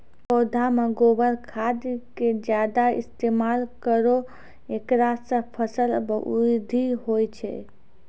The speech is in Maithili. पौधा मे गोबर खाद के ज्यादा इस्तेमाल करौ ऐकरा से फसल बृद्धि होय छै?